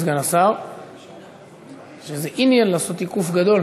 אדוני סגן השר, יש איזה עניין לעשות עיקוף גדול